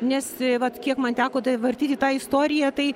nes vat kiek man teko vartyti tą istoriją tai